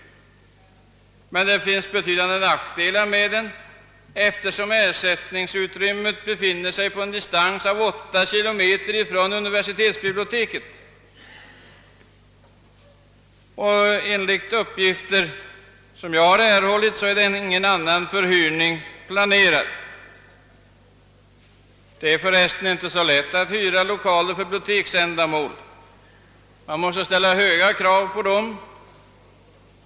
Men det finns betydande nackdelar förenade med den, eftersom ersättningsutrymmet befinner sig på en distans av 8 km från universitetsbiblioteket. Enligt uppgifter som jag har erhållit är ingen anan förhyrning planerad. Det är för resten inte så lätt att hyra lokaler för biblioteksändamål. Man måste ställa höga krav på dem.